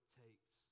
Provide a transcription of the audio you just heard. takes